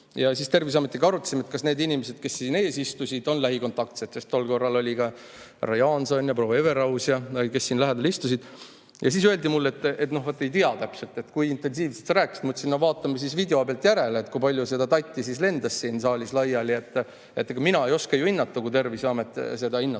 –, siis Terviseametiga arutasime, et kas need inimesed, kes siin ees istusid, on lähikontaktsed. Tol korral olid ka härra Jaanson ja proua Everaus ja [teised], kes siin lähedal istusid. Ja siis öeldi mulle, et noh, ei tea täpselt, kui intensiivselt sa rääkisid. Ma ütlesin, et vaatame video pealt järele, kui palju seda tatti siis lendas siin saalis laiali, et mina ei oska ju hinnata, kui Terviseamet seda hinnata